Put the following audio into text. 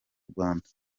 rwanda